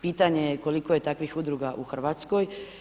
Pitanje je koliko je takvih udruga u Hrvatskoj.